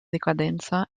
decadenza